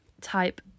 type